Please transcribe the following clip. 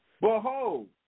Behold